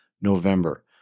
November